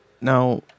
Now